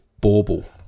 bauble